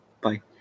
bye